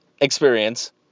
experience